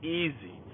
easy